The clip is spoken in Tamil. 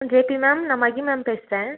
ஜேபி மேம் நான் மகி மேம் பேசுகிறேன்